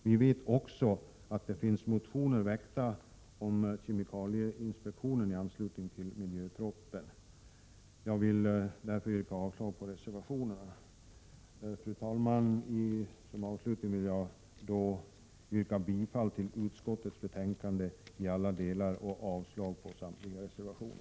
Vi vet också att det finns motioner väckta om kemikalieinspektionen i anslutning till miljöpropositionen. Jag vill därför yrka avslag på reservationerna. Fru talman! Som avslutning yrkar jag bifall till utskottets hemställan i alla delar och avslag på samtliga reservationer.